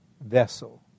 vessel